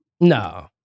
no